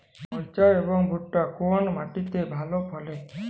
মরিচ এবং ভুট্টা কোন মাটি তে ভালো ফলে?